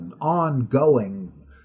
ongoing